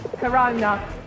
Corona